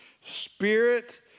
Spirit